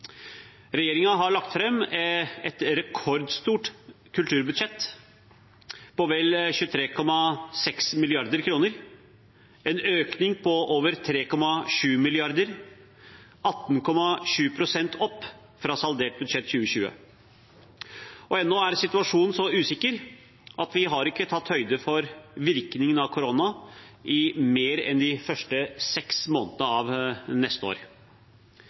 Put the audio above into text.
har lagt fram et rekordstort kulturbudsjett på vel 23,6 mrd. kr, en økning på over 3,7 mrd. kr, 18,7 pst. opp fra saldert budsjett 2020. Og ennå er situasjonen så usikker at vi ikke har tatt høyde for virkningen av koronaen i mer enn de første seks månedene av neste år.